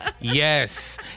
Yes